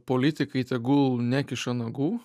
politikai tegul nekiša nagų